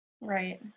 right